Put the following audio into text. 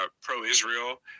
pro-Israel